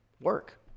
work